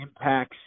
impacts